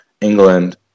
England